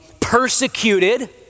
persecuted